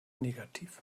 negativ